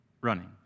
running